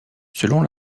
selon